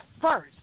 first